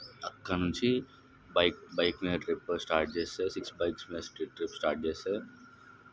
అక్కడి నుంచి bike bike మీద ట్రిప్ స్టార్ట్ చేస్తే సిక్స్ బైక్స్ మీద ట్రిప్ స్టార్ట్ చేస్తే